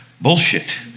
bullshit